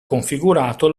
configurato